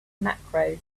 macros